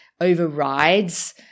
overrides